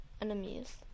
enemies